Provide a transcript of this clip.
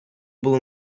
було